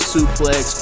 Suplex